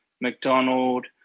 McDonald